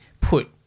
put